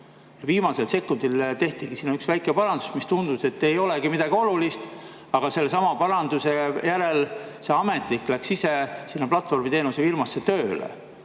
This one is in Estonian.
Viimasel sekundil tehtigi sinna üks väike parandus, mille puhul tundus, et see ei ole midagi olulist, aga sellesama paranduse järel see ametnik läks ise sinna platvormiteenuse firmasse tööle.